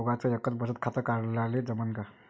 दोघाच एकच बचत खातं काढाले जमनं का?